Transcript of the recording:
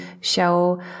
show